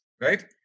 Right